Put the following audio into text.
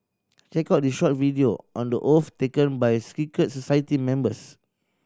check out this short video on the oath taken by a secret society members